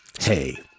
Hey